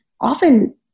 often